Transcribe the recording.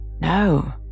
No